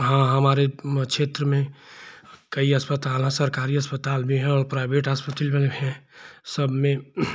हाँ हमारे क्षेत्र में कई अस्पताल हैं सरकारी अस्पताल भी हैं और प्राइवेट हाॅस्पिटल्स भी हैं सब में